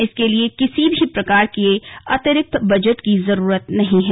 इसके लिए किसी भी प्रकार के अतिरिक्त बजट की जरूरत नहीं है